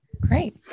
great